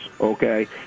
Okay